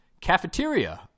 cafeteria